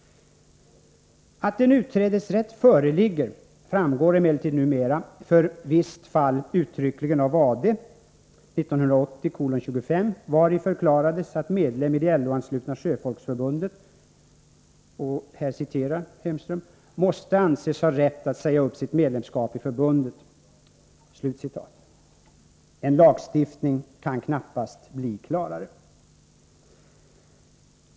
Att en utträdesrätt föreligger framgår emellertid numera för visst fall uttryckligen av AD 1980:25 vari förklarades, att medlem i det LO-anslutna sjöfolksförbundet ”måste anses ha rätt att säga upp sitt medlemskap i förbundet'.” En lagstiftning kan knappast göra saken klarare.